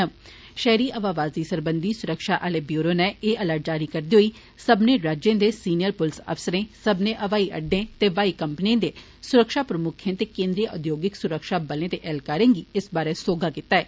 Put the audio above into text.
षैहरी हवाबाजी सरबंधी सुरक्षा आह्ले ब्यूरो नै एह् अलर्ट जारी करदे होई सब्मने राज्ये दे सीनियर पुलस अफसरें सब्मने ब्हाई अड्डें ते ब्हाई कंपनिएं दे सुरक्षा प्रमुक्खें ते केन्द्री औद्योगिक सुरक्षा बल दे ऐह्लकारें गी इस बारै सोहगा कीता ऐ